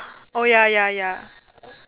oh ya ya ya